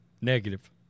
negative